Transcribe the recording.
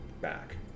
back